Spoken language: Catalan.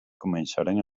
començaren